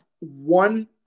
one